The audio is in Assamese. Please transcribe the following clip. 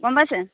গম পাইছে